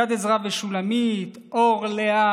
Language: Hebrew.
יד עזרא ושולמית, אור לאה,